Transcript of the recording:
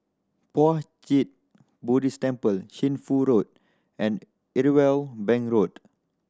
Puat Jit Buddhist Temple Shunfu Road and Irwell Bank Road